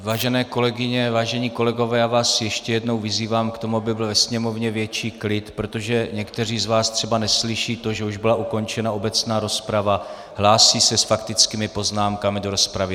Vážené kolegyně, vážení kolegové, já vás ještě jednou vyzývám k tomu, aby byl ve sněmovně větší klid, protože někteří z vás třeba neslyší to, že už byla ukončena obecná rozprava, hlásí se s faktickými poznámkami do rozpravy.